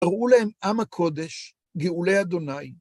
הראו להם עם הקודש, גאולי ה'